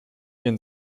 ihren